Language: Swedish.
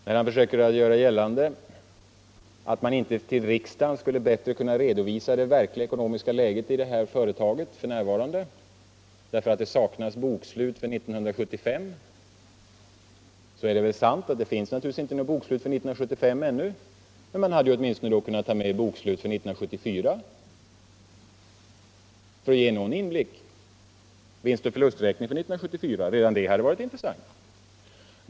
När industriministern gör gällande att man inte skulle för riksdagen kunna bättre redovisa det verkliga ekonomiska läget i företaget därför att det saknas bokslut för 1975, är det väl sant. Det finns naturligtvis inte något bokslut för 1975 ännu, men man hade åtminstone kunnat ta med bokslutet för 1974 för att ge någon inblick. Redan vinstoch förlusträkningen för 1974 hade varit intressant.